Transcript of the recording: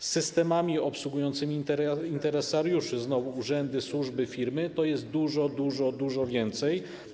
Z systemami obsługującymi interesariuszy, znowu urzędy, służby, firmy, to jest dużo, dużo więcej.